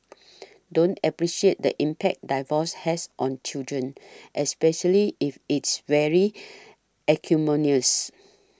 don't appreciate the impact divorce has on children especially if it's very acrimonious